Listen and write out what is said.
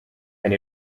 and